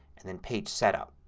and then page setup.